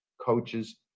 coaches